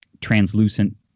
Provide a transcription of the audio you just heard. translucent